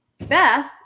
Beth